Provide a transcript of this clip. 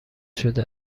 شده